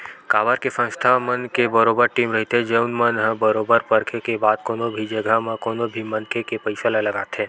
काबर के संस्था मन के बरोबर टीम रहिथे जउन मन ह बरोबर परखे के बाद कोनो भी जघा म कोनो भी मनखे के पइसा ल लगाथे